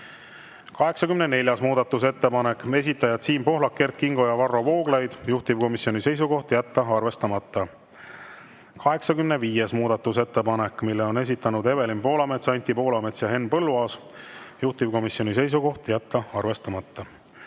84. muudatusettepanek, esitajad Siim Pohlak, Kert Kingo ja Varro Vooglaid. Juhtivkomisjoni seisukoht: jätta arvestamata. 85. muudatusettepanek, mille on esitanud Evelin Poolamets, Anti Poolamets ja Henn Põlluaas. Juhtivkomisjoni seisukoht: jätta arvestamata.